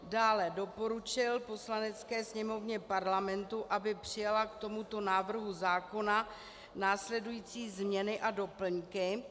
Dále doporučil Poslanecké sněmovně Parlamentu, aby přijala k tomuto návrhu zákona následující změny a doplňky.